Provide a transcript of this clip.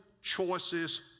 choices